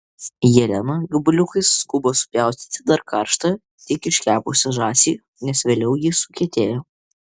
jelena gabaliukais skuba supjaustyti dar karštą tik iškepusią žąsį nes vėliau ji sukietėja